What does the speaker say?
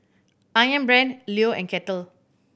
Ayam Brand Leo and Kettle